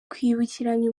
kwibukiranya